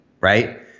right